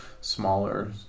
smaller